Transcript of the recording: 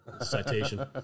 Citation